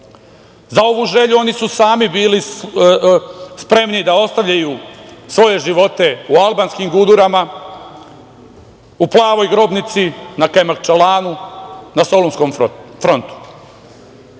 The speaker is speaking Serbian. Za ovu želju oni su sami bili spremni da ostavljaju svoje živote u albanskim gudurama, u Plavoj grobnici, na Kajmakčalanu, na Solunskom frontu. Mi